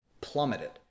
plummeted